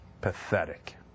pathetic